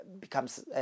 becomes